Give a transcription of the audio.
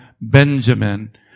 Benjamin